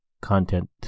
content